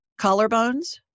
collarbones